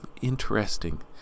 interesting